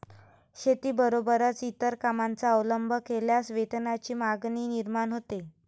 शेतीबरोबरच इतर कामांचा अवलंब केल्यास वेतनाची मागणी निर्माण होते